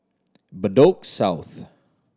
Bedok South